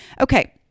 Okay